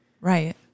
Right